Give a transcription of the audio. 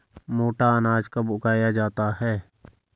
मोटा अनाज कब उगाया जाता है?